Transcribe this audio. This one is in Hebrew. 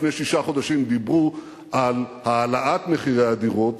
לפני שישה חודשים דיברו על העלאת מחירי הדירות,